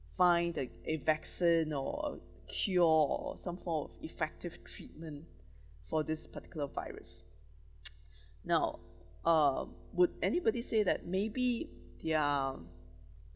find a a vaccine or a cure or some form effective treatment for this particular virus now ah would anybody say that maybe their